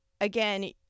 again